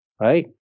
right